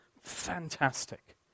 fantastic